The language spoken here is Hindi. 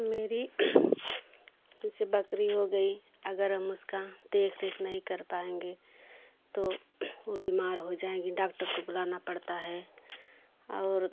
मेरी जैसे बकरी हो गई अगर हम उसका देख रेख नहीं कर पाएँगे तो वो बीमार हो जाएगी डॉक्टर को बुलाना पड़ता है और